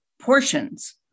portions